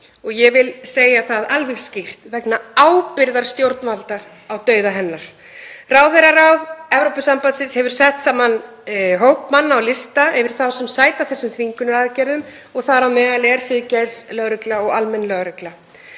ég vil segja það alveg skýrt, ábyrgðar stjórnvalda á dauða hennar. Ráðherraráð Evrópusambandsins hefur sett saman hóp manna á lista yfir þá sem sæta þessum þvingunaraðgerðum og þar á meðal er siðgæðislögregla og almenn lögregla.